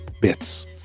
bits